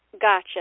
Gotcha